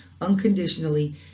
unconditionally